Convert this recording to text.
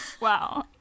wow